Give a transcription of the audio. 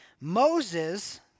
Moses